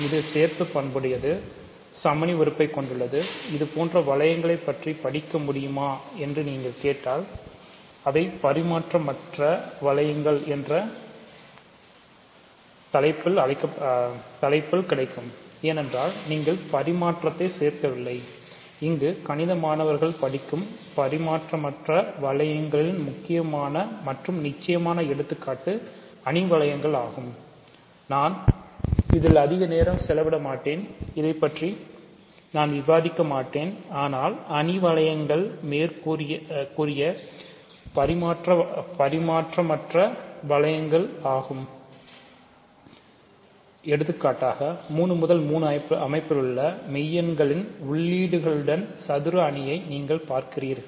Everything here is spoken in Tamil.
இது சேர்ப்பு பண்புடையது நீங்கள் பார்க்கிறீர்கள்